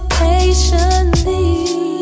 patiently